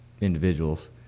individuals